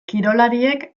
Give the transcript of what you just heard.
kirolariek